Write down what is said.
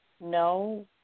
No